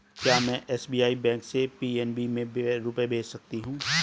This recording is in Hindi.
क्या में एस.बी.आई बैंक से पी.एन.बी में रुपये भेज सकती हूँ?